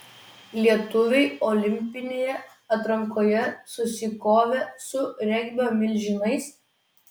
lietuviai olimpinėje atrankoje susikovė su regbio milžinais